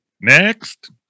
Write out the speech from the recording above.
Next